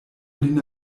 lin